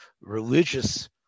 religious